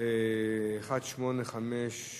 1858,